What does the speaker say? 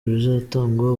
bizatangwa